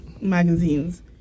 magazines